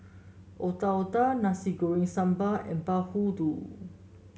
Otak Otak Nasi Goreng Sambal and bahulu